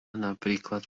napríklad